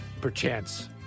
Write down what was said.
perchance